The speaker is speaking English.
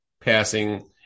passing